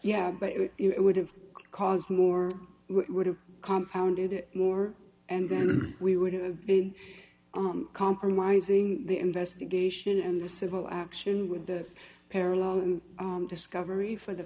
yeah but it would have caused more would have compound more and then we would have been compromising the investigation and the civil action with the parallel discovery for the